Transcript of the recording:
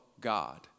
God